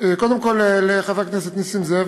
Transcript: קודם כול לחבר הכנסת נסים זאב.